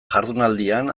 jardunaldian